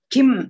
Kim